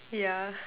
yeah